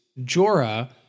Jorah